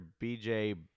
BJ